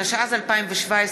התשע"ז 2017,